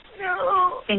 No